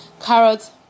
carrots